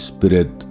Spirit